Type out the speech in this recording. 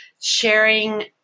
sharing